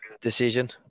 decision